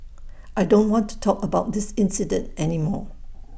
I don't want to talk about this incident any more